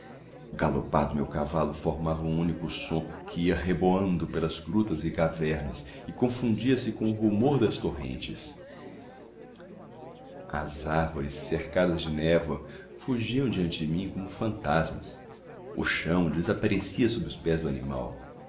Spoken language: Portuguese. galopar do meu cavalo formava um único som que ia reboando pelas grutas e cavernas e confundia-se com o rumor das torrentes as árvores cercadas de névoa fugiam diante de mim como fantasmas o chão desaparecia sob os pés do animal